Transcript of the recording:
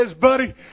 buddy